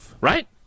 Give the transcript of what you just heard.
Right